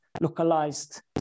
localized